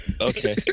Okay